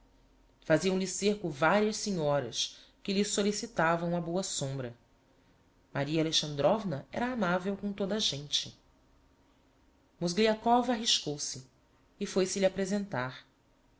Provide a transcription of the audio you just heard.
faziam-lhe cerco varias senhoras que lhe sollicitavam a boa sombra maria alexandrovna era amavel com toda a gente mozgliakov arriscou se e foi-se-lhe apresentar